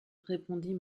répondit